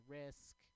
risk